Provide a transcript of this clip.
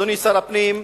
אדוני שר הפנים,